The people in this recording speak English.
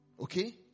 Okay